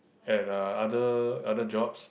at uh other other jobs